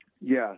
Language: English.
Yes